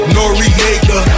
Noriega